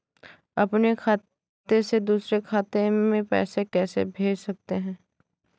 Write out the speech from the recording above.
अपने खाते से दूसरे खाते में पैसे कैसे भेज सकते हैं?